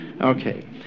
Okay